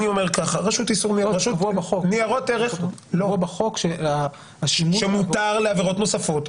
אני אומר ככה -- קבוע בחוק ש -- שמותר לעבירות נוספות.